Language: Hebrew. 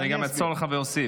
אני גם אעצור לך ואוסיף.